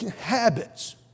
habits